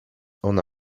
ona